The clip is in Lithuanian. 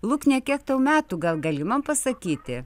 luknė kiek tau metų gal gali man pasakyti